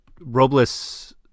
Robles